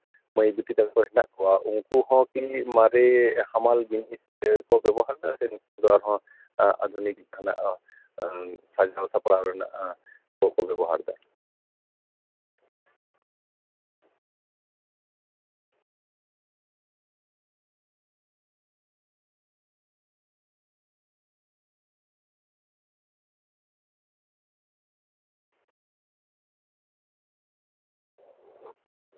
ᱢᱟᱹᱭ ᱵᱤᱴᱤ ᱛᱟᱠᱚ ᱦᱮᱱᱟᱜ ᱠᱚᱣᱟ ᱩᱱᱠᱩ ᱦᱚᱸᱠᱤ ᱢᱟᱨᱮ ᱦᱟᱢᱟᱞ ᱡᱤᱱᱤᱥ ᱜᱮᱠᱚ ᱵᱮᱵᱚᱦᱟᱨᱮᱫᱟ ᱥᱮ ᱟᱨᱦᱚᱸ ᱟᱫᱷᱩᱱᱤᱠ ᱨᱮᱱᱟᱜ ᱥᱟᱡᱟᱣ ᱥᱟᱯᱲᱟᱣ ᱨᱮᱱᱟᱜ ᱠᱚᱠᱚ ᱵᱮᱵᱚᱦᱟᱨᱮᱫᱟ